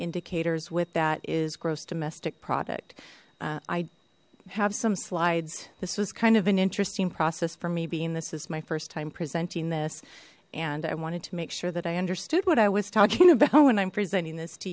indicators with that is gross domestic product i have some slides this was kind of an interesting process for me being this is my first time presenting this and i wanted to make sure that i understood what i was talking about when i'm presenting this to